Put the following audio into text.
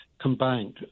combined